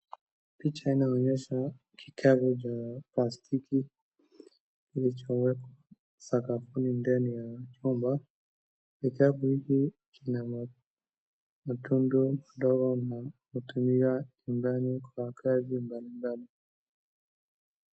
Picha inaonyesha kikapu cha plastiki kilichowekwa sakafuni ndani ya chumba. Kikapu hiki kina matundu ndogo na hutumiwa nyumbani kwa kazi mbalimbali.